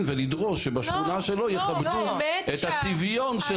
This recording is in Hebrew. ולדרוש שבשכונה שלו יכבדו את הצביון של